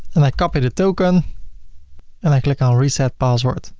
and i copy the token and i click on reset password.